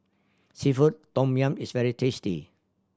seafood tom yum is very tasty